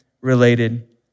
related